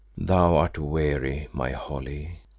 thou art weary, my holly,